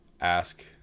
ask